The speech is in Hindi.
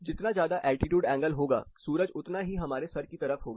जितना ज्यादा एल्टीट्यूड एंगल होगा सूरज उतना ही हमारे सर की तरफ होगा